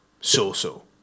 so-so